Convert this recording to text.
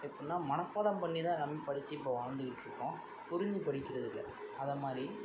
எப்படினா மனப்பாடம் பண்ணிதான் எல்லாமே படிச்சு இப்போ வாழ்ந்துகிட்டு இருக்கோம் புரிஞ்சு படிக்கிறதில்லை அதைமாரி